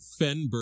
Fenberg